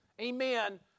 amen